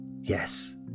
Yes